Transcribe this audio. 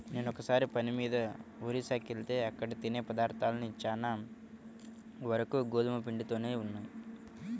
నేనొకసారి పని మీద ఒరిస్సాకెళ్తే అక్కడ తినే పదార్థాలన్నీ చానా వరకు గోధుమ పిండితోనే ఉన్నయ్